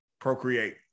procreate